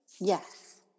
Yes